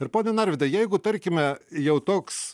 ir pone narvydai jeigu tarkime jau toks